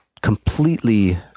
completely